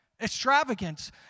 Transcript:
Extravagance